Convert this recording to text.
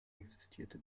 existierte